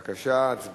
בבקשה, הצבעה.